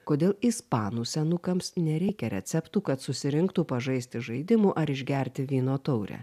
kodėl ispanų senukams nereikia receptų kad susirinktų pažaisti žaidimų ar išgerti vyno taurę